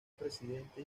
presidente